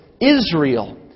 Israel